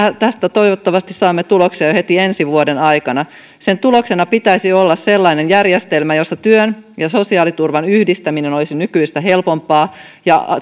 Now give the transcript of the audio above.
tästä toivottavasti saamme tuloksia heti ensi vuoden aikana sen tuloksena pitäisi olla sellainen järjestelmä jossa työn ja sosiaaliturvan yhdistäminen olisi nykyistä helpompaa ja